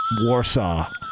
Warsaw